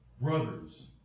Brothers